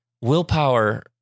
willpower